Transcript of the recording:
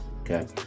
okay